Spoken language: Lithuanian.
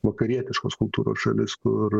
vakarietiškos kultūros šalis kur